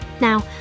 Now